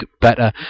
better